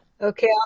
Okay